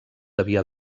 havia